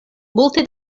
multe